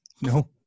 No